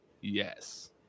Yes